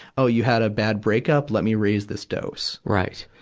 oh, you had a bad break-up? let me raise this dose. right.